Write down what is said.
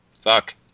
fuck